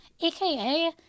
AKA